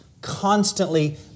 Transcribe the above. constantly